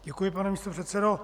Děkuji, pane místopředsedo.